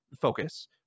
focus